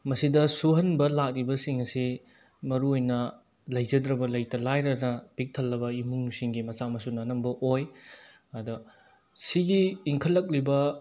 ꯃꯁꯤꯗ ꯁꯨꯍꯟꯕ ꯂꯥꯛꯂꯤꯕꯁꯤꯡ ꯑꯁꯤ ꯃꯔꯨ ꯑꯣꯏꯅ ꯂꯩꯖꯗ꯭ꯔꯕ ꯂꯩꯇ ꯂꯥꯏꯔꯅ ꯄꯤꯛ ꯊꯜꯂꯕ ꯏꯃꯨꯡꯁꯤꯡꯒꯤ ꯃꯆꯥ ꯃꯁꯨꯅ ꯑꯅꯝꯕ ꯑꯣꯏ ꯑꯗꯣ ꯁꯤꯒꯤ ꯏꯟꯈꯠꯂꯛꯂꯤꯕ